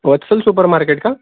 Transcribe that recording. वत्सल super market का